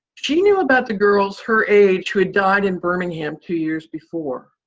she knew about the girls her age who had died in birmingham two years before.